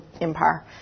Empire